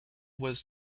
was